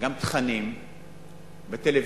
גם תכנים בטלוויזיה,